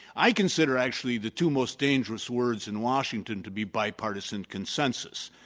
i consider actually the two most dangerous words in washington to be bipartisan consensus.